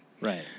Right